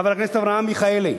חבר הכנסת אברהם מיכאלי,